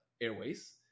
Airways